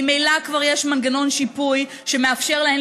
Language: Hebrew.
ממילא כבר יש מנגנון שיפוי שמאפשר להן